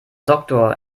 doktor